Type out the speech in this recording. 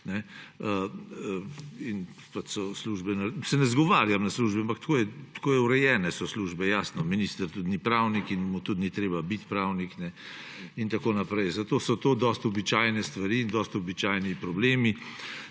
in so službe, se ne izgovarjam na službe, ampak tako so urejene službe, jasno, minister tudi ni pravnik in mu tudi ni treba biti pravnik. Zato so to dosti običajne stvari in dosti običajni problemi.